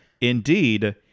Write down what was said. Indeed